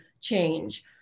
change